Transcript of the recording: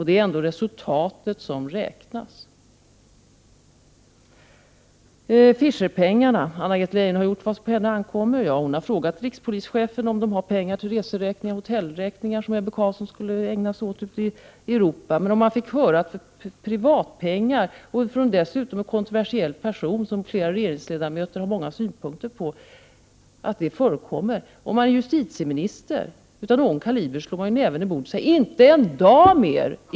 Det är ändå resultatet som räknas. Fischer-pengarna — Anna-Greta Leijon har gjort vad som på henne ankommer, säger man. Ja, hon har frågat rikspolischefen om det fanns pengar till resor, hotellkostnader m.m. i samband med det som Ebbe Carlsson skulle ägna sig åt ute i Europa. Men om man fick höra att privatpengar skulle användas, dessutom pengar från en kontroversiell person som flera regeringsledamöter har många synpunkter på, nog skulle man då, om man är justitieminister av någon kaliber, slå näven i bordet och säga: Inte en dag mer!